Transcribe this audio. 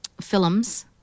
films